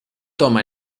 toma